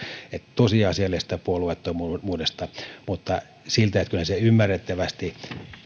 tosiasiallisesta puolueettomuudesta mutta kyllä se ymmärrettävästi